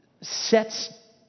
sets